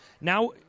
now